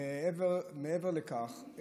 מעבר לכך,